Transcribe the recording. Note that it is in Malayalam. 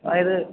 അതായത്